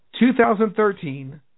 2013